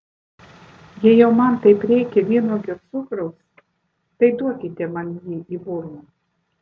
jei jau man taip reikia vynuogių cukraus tai duokite man jį į burną